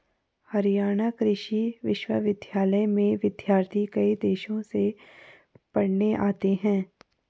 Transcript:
हरियाणा कृषि विश्वविद्यालय में विद्यार्थी कई देशों से पढ़ने आते हैं